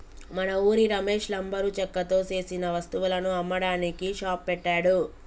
మన ఉరి రమేష్ లంబరు చెక్కతో సేసిన వస్తువులను అమ్మడానికి షాప్ పెట్టాడు